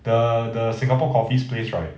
the the singapore coffee's place right